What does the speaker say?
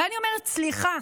ואני אומרת: סליחה,